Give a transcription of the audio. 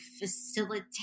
facilitate